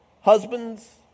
Husbands